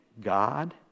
God